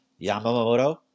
Yamamoto